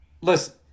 Listen